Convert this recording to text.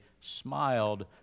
smiled